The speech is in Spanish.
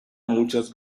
muchas